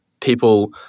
People